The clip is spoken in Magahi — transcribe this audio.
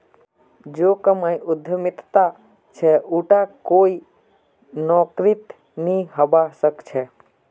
जो कमाई उद्यमितात छ उटा कोई नौकरीत नइ हबा स ख छ